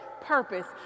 purpose